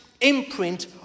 imprint